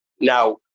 Now